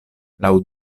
laŭ